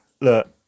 look